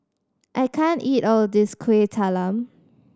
I can't eat all of this Kuih Talam